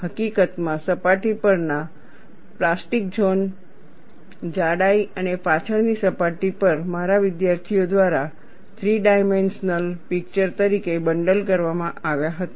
હકીકતમાં સપાટી પરના પ્લાસ્ટિક ઝોન જાડાઈ અને પાછળની સપાટી પર મારા વિદ્યાર્થીઓ દ્વારા થ્રી ડાઈમેન્શનલ પીકચર તરીકે બંડલ કરવામાં આવ્યા હતા